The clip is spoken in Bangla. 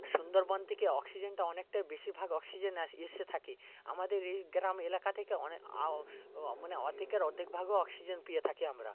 সুন্দরবন থেকে অক্সিজেনটা অনেকটাই বেশিরভাগ অক্সিজেন আস এসে থাকে আমাদের এই গ্রাম এলাকা থেকে অনে্ক অ মানে অর্ধেকের অর্ধেকভাগও অক্সিজেন পেয়ে থাকি আমরা